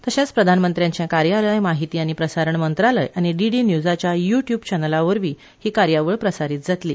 तशेंच प्रधानमंत्री कार्यालय म्हायती आनी प्रसारण मंत्रालय आनी डीडी न्यूजाच्या यूट्यूब चॅनला वरवीं ही कार्यावळ प्रसारीत जातली